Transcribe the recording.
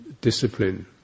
discipline